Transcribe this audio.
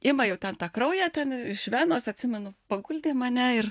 ima jau ten tą kraują ten iš venos atsimenu paguldė mane ir